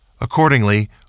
Accordingly